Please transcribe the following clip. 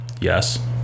Yes